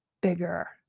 bigger